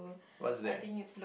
what's there